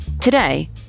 Today